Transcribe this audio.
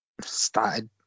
started